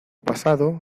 pasado